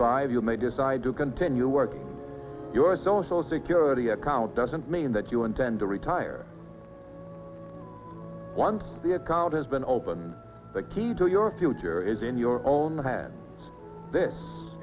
five you may decide to continue work your social security account doesn't mean that you intend to retire once the account has been open the key to your future is in your own hand